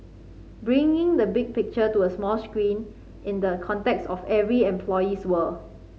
bringing the big picture to the 'small screen' in the context of every employee's world